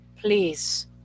please